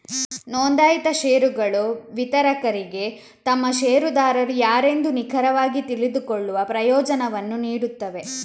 ನೋಂದಾಯಿತ ಷೇರುಗಳು ವಿತರಕರಿಗೆ ತಮ್ಮ ಷೇರುದಾರರು ಯಾರೆಂದು ನಿಖರವಾಗಿ ತಿಳಿದುಕೊಳ್ಳುವ ಪ್ರಯೋಜನವನ್ನು ನೀಡುತ್ತವೆ